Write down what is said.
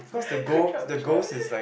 controversial